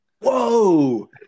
Whoa